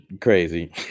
crazy